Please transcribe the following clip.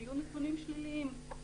היו נתונים שליליים.